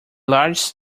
large